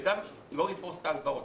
וגם לא לפרוס את ההלוואות,